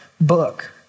book